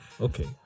Okay